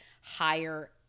higher